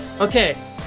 Okay